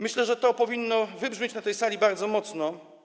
Myślę, że to powinno wybrzmieć na tej sali bardzo mocno.